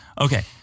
Okay